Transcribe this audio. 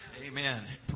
Amen